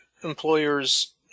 employers